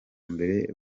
mbere